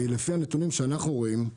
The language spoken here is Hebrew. לפני הנתונים שאנחנו רואים,